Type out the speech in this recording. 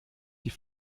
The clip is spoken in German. die